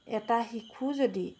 এটা শিশু যদি